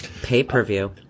pay-per-view